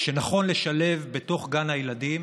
שנכון לשלב בתוך גן הילדים